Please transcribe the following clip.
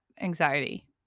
anxiety